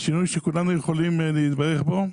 שינוי שכולנו יכולים להתברך בו.